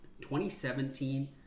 2017